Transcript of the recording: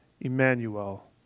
Emmanuel